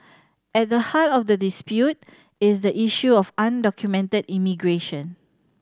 at the heart of the dispute is the issue of undocumented immigration